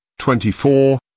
24